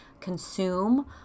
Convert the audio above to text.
consume